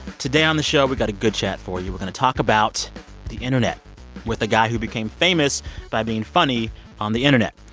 today on the show, we've got a good chat for you. we're going to talk about the internet with a guy who became famous by being funny on the internet.